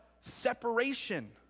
separation